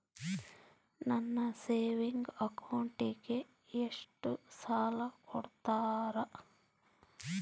ನನ್ನ ಸೇವಿಂಗ್ ಅಕೌಂಟಿಗೆ ಎಷ್ಟು ಸಾಲ ಕೊಡ್ತಾರ?